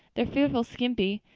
they're fearfully skimpy.